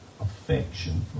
affection